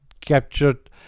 captured